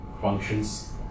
functions